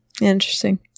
Interesting